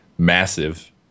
Massive